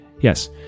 Yes